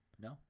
No